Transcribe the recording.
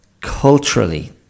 culturally